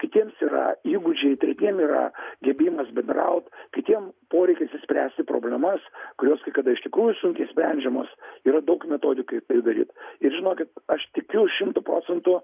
kitiems yra įgūdžiai tretiem yra gebėjimas bendraut kitiem poreikis išspręsti problemas kurios kai kada iš tikrųjų sunkiai sprendžiamos yra daug metodikų kaip turi daryt ir žinokit aš tikiu šimtu procentų